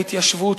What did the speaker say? של ההתיישבות,